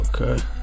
okay